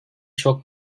çok